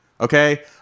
okay